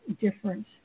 different